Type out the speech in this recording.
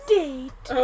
date